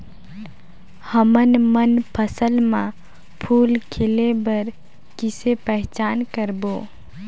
हमन मन फसल म फूल खिले बर किसे पहचान करबो?